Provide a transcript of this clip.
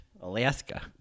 alaska